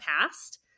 past